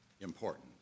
important